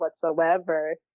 whatsoever